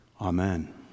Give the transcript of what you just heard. Amen